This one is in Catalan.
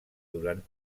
durant